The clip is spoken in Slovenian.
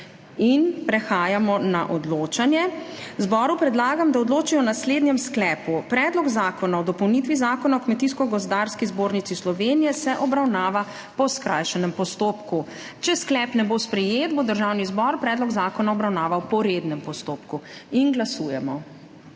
Prehajamo na odločanje. Zboru predlagam, da odloči o naslednjem sklepu: Predlog zakona o dopolnitvi Zakona o Kmetijsko gozdarski zbornici Slovenije se obravnava po skrajšanem postopku. Če sklep ne bo sprejet, bo Državni zbor predlog zakona obravnaval po rednem postopku. Glasujemo.